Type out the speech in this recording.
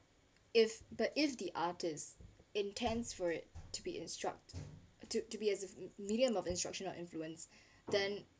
if the if the artist intends for it to be instruct to to be as a medium of instruction or influence then